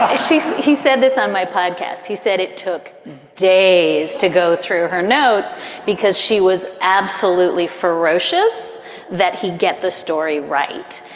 ah she he said this on my podcast. he said it took days to go through her notes because she was absolutely ferocious that he'd get the story right.